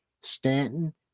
Stanton